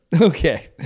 Okay